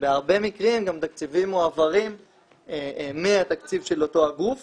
ובהרבה מקרים תקציבים מועברים מהתקציב של אותו הגוף